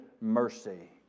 mercy